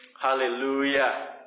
Hallelujah